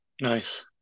Nice